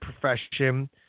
profession